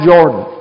Jordan